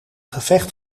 gevecht